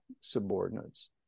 subordinates